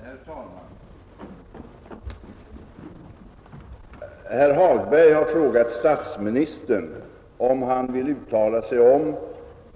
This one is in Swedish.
Herr talman! Herr Hagberg har frågat statsministern om han vill uttala sig om